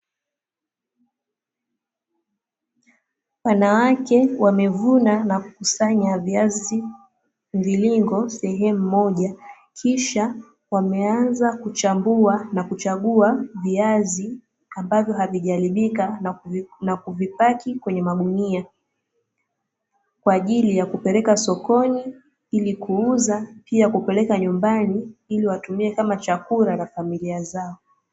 Wanawake wamevuna na kukusanya viazi mviringo sehemu moja, kisha wameanza kuchambua na kuchagua viazi ambavyo havijaharibika nakuvipaki kwenye magunia kwa ajili ya kupeleka sokoni ilikuuza pia kupeleka nyumbani iliwatumie kama chakula na familia zao.